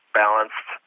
balanced